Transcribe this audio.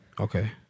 Okay